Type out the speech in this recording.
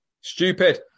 Stupid